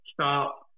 stop